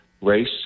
race